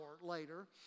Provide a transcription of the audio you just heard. later